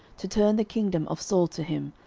to turn the kingdom of saul to him,